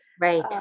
right